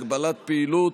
הגבלת פעילות)